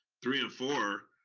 three and four,